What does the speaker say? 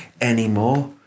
anymore